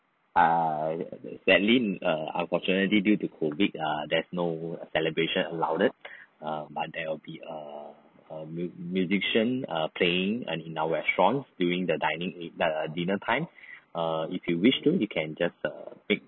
err sadly err unfortunately due to COVID err there's no celebration allowed err but there will be err a mus~ musician err playing in our restaurant during the dining the dinner time err if you wish to you can just err make